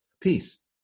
Peace